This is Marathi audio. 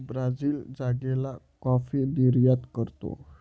ब्राझील जागेला कॉफी निर्यात करतो